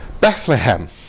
Bethlehem